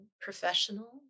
professional